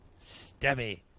Stabby